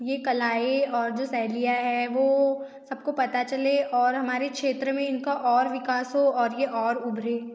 ये कलाएँ और जो शैलियाँ हैं वो सबको पता चले और हमारे क्षेत्र में इनका और विकास हो और ये और उभरें